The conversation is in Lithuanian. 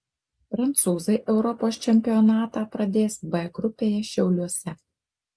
prancūzai europos čempionatą pradės b grupėje šiauliuose